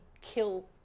kill